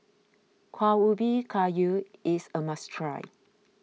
Kueh Ubi Kayu is a must try